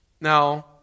Now